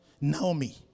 Naomi